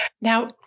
Now